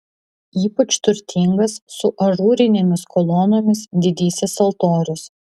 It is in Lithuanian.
ypač turtingas su ažūrinėmis kolonomis didysis altorius